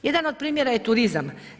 Jedan od primjera je turizam.